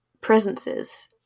presences